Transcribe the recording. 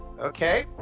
Okay